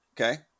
Okay